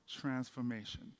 transformation